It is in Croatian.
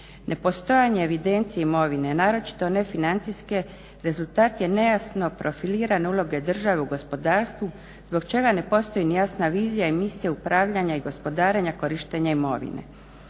Nepostojanje evidencije imovine naročito nefinancijske rezultat je nejasno profilirane uloge države u gospodarstvu zbog čega ne postoji ni jasna vizija i misija upravljanja i gospodarenja korištenja imovine.